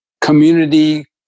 community